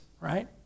Right